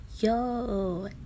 Yo